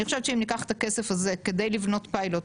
אני חושבת שאם ניקח את הכסף הזה כדי לבנות פיילוט,